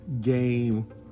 game